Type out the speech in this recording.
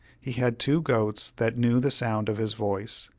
he had two goats that knew the sound of his voice,